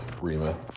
Rima